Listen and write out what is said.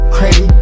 Crazy